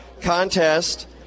contest